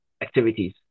activities